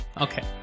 okay